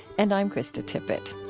and i'm krista tippett